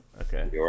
okay